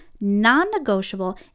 non-negotiable